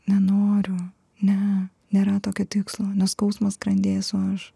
nenoriu ne nėra tokio tikslo nes skausmas skrandyje esu aš